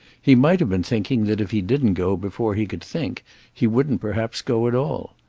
he might have been thinking that if he didn't go before he could think he wouldn't perhaps go at all.